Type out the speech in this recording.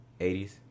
80s